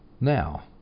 Now